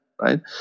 right